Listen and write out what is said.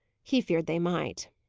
he feared they might.